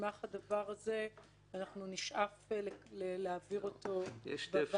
סמך הדבר הזה נשאף להעביר אותו בוועדה.